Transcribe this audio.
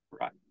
right